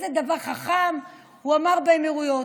איזה דבר חכם הוא אמר באמירויות?